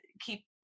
keep